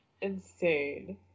insane